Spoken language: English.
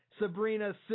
Sabrina